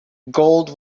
gold